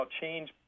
change